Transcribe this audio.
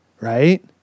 right